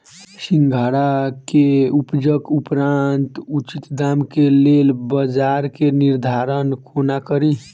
सिंघाड़ा केँ उपजक उपरांत उचित दाम केँ लेल बजार केँ निर्धारण कोना कड़ी?